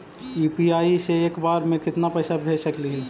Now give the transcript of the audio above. UPI से एक बार मे केतना पैसा भेज सकली हे?